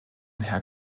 herrn